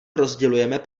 rozdělujeme